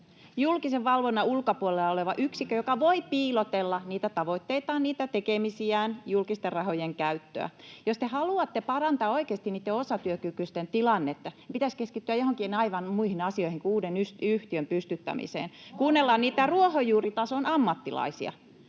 julkisen valvonnan ulkopuolella oleva yksikkö, joka voi piilotella tavoitteitaan, tekemisiään ja julkisten rahojen käyttöä. Jos te haluatte oikeasti parantaa niitten osatyökykyisten tilannetta, pitäisi keskittyä joihinkin aivan muihin asioihin kuin uuden yhtiön pystyttämiseen, kuunnella niitä ruohonjuuritason ammattilaisia.